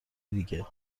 دیگه